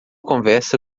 conversa